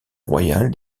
royale